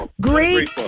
great